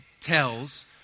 tells